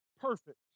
perfect